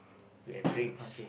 we have drinks